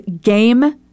game